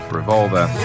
revolver